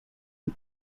and